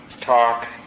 talk